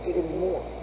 anymore